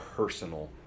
Personal